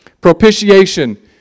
Propitiation